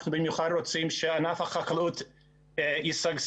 אנחנו במיוחד רוצים שענף החקלאות ישגשג,